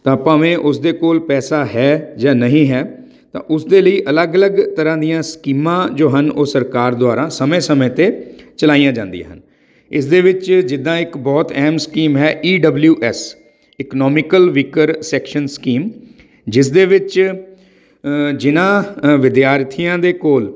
ਤਾਂ ਭਾਵੇਂ ਉਸ ਦੇ ਕੋਲ ਪੈਸਾ ਹੈ ਜਾਂ ਨਹੀਂ ਹੈ ਤਾਂ ਉਸਦੇ ਲਈ ਅਲੱਗ ਅਲੱਗ ਤਰ੍ਹਾਂ ਦੀਆਂ ਸਕੀਮਾਂ ਜੋ ਹਨ ਉਹ ਸਰਕਾਰ ਦੁਆਰਾ ਸਮੇਂ ਸਮੇਂ 'ਤੇ ਚਲਾਈਆਂ ਜਾਂਦੀਆਂ ਹਨ ਇਸ ਦੇ ਵਿੱਚ ਜਿੱਦਾਂ ਇੱਕ ਬਹੁਤ ਅਹਿਮ ਸਕੀਮ ਹੈ E W S economical weaker section scheme ਜਿਸਦੇ ਵਿੱਚ ਜਿਹਨਾ ਵਿਦਿਆਰਥੀਆਂ ਦੇ ਕੋਲ